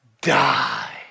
die